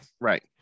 Right